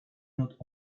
not